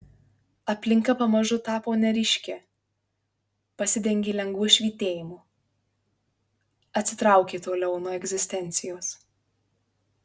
aplinka pamažu tapo neryški pasidengė lengvu švytėjimu atsitraukė toliau nuo egzistencijos